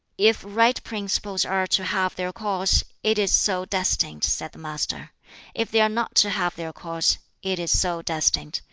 if right principles are to have their course, it is so destined, said the master if they are not to have their course, it is so destined.